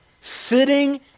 sitting